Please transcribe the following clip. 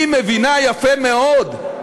היא מבינה יפה מאוד,